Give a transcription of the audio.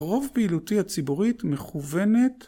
רוב פעילותי הציבורית מכוונת